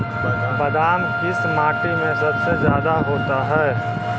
बादाम किस माटी में सबसे ज्यादा होता है?